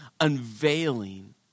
unveiling